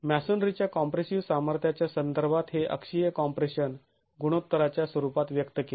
मॅसोनरीच्या कॉम्प्रेसिव सामर्थ्याच्या संदर्भात हे अक्षीय कॉम्प्रेशन गुणोत्तराच्या स्वरूपात व्यक्त केले